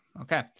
okay